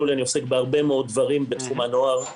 לי שאני עוסק בהרבה דברים בתחום הנוער.